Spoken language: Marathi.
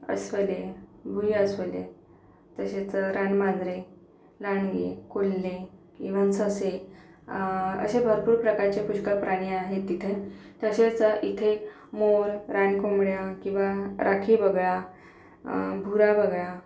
अस्वले भुईअस्वले तसेच रानमांजरे लांडगे कोल्हे इव्हन ससे असे भरपूर प्रकारचे पुष्कळ प्राणी आहेत तिथं तसेच इथे मोर रानकोंबड्या किंवा राखी बगळा भुरा बगळा